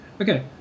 Okay